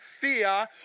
fear